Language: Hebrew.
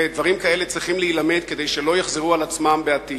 ודברים כאלה צריכים להילמד כדי שלא יחזרו על עצמם בעתיד.